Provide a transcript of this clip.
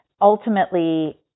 ultimately